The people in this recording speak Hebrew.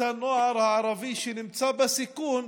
את הנוער הערבי שנמצא בסיכון